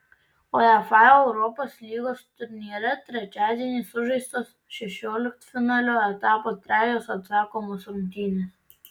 uefa europos lygos turnyre trečiadienį sužaistos šešioliktfinalio etapo trejos atsakomos rungtynės